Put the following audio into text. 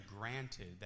granted